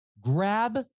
grab